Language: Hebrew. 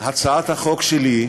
הצעת החוק שלי,